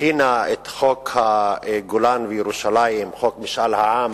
הכינה את חוק הגולן וירושלים, חוק משאל העם,